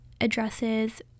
addresses